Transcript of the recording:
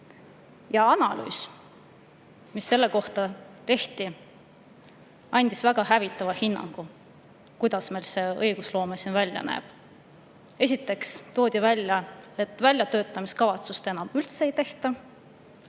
Analüüs, mis selle kohta tehti, andis väga hävitava hinnangu sellele, kuidas meie õigusloome siin välja näeb. Esiteks toodi välja, et väljatöötamiskavatsust enam üldse ei tehta